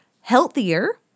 healthier